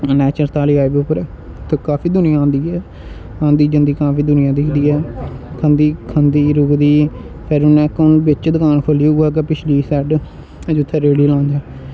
जिन्ना अच्छा स्थल रब्ब उप्पर ते काफी दुनियां औंदी ऐ औंदी जंदी काफी दुनियां दिखदी ऐ खंदी रुकदी फिर हून इक बच्चे दकान खोह्ल्ली पिछली सैड जित्थै रेह्ड़ी लांदे